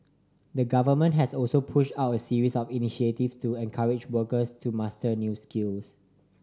the Government has also pushed out a series of initiative to encourage workers to master new skills